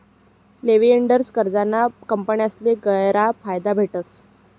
leveraged कर्जना कंपन्यासले गयरा फायदा भेटस